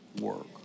work